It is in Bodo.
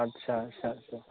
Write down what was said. आदसा सा सा